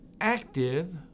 active